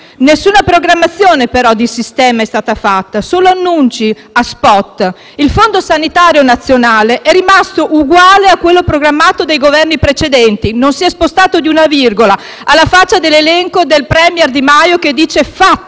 nessuna programmazione di sistema, solo annunci a *spot*. Il Fondo sanitario nazionale è rimasto uguale a quello programmato dai Governi precedenti, non si è spostato di una virgola. Alla faccia dell'elenco del *premier* Di Maio, che dice: «Fatto!».